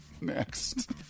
Next